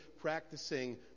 practicing